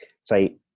say